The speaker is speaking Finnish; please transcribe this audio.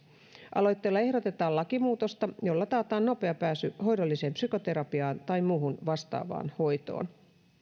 aloitteella ehdotetaan lakimuutosta jolla taataan nopea pääsy hoidolliseen psykoterapiaan tai muuhun vastaavaan hoitoon